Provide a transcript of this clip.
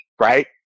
right